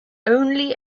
only